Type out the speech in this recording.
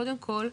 קודם כל,